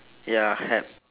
ya help